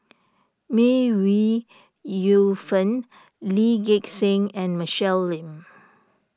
May Ooi Yu Fen Lee Gek Seng and Michelle Lim